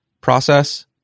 process